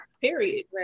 period